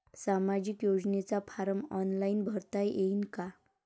सामाजिक योजनेचा form online भरता येईन का?